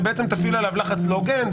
ובעצם תפעיל עליו לחץ לא הוגן,